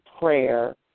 prayer